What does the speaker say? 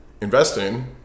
investing